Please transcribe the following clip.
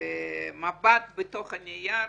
והמבט בתוך הנייר,